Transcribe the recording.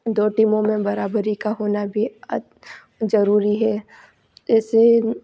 दो टीमों में बराबरी का होना भी ज़रूरी है ऐसे